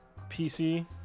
PC